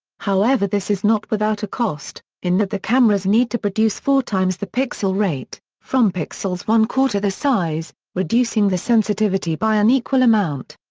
however this is not without a cost, in that the cameras need to produce four times the pixel rate, from pixels one-quarter the size, reducing the sensitivity by an equal amount.